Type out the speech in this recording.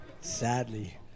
sadly